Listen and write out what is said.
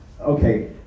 okay